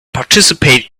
participate